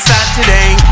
Saturday